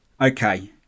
Okay